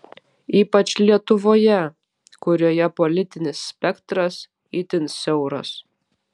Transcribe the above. ypač lietuvoje kurioje politinis spektras itin siauras